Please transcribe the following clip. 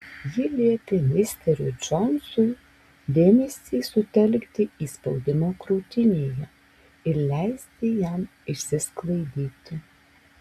ji liepė misteriui džonsui dėmesį sutelkti į spaudimą krūtinėje ir leisti jam išsisklaidyti